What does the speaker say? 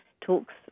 talks